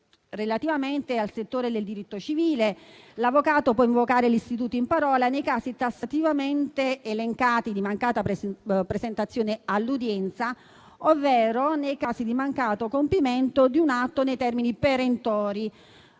Relativamente al settore del diritto civile, l'avvocato può invocare l'istituto in parola nei casi, tassativamente elencati, di mancata presentazione all'udienza ovvero nei casi di mancato compimento di un atto nei termini perentori